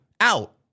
out